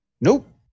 Nope